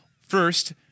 First